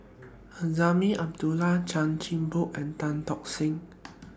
Azman Abdullah Chan Chin Bock and Tan Tock Seng